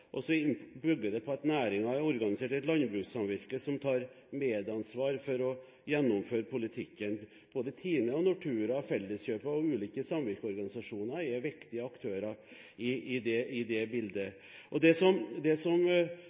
bygger på at næringen er organisert i et landbrukssamvirke som tar medansvar for å gjennomføre politikken. Både Tine, Nortura, Felleskjøpet og ulike samvirkeorganisasjoner er viktige aktører i det bildet. Det som her framstilles som